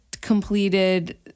completed